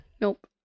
Nope